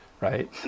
right